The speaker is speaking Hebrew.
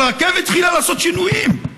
אבל הרכבת התחילה לעשות שינויים.